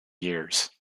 years